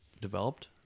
developed